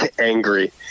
angry